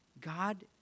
God